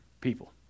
people